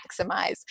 maximize